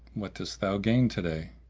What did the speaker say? what didst thou gain to day?